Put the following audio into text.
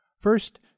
First